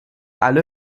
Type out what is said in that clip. alle